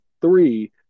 three